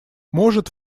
может